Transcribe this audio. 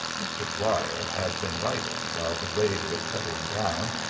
mr. dwyer had been writing while the raid was settling down,